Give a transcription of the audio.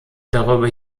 darüber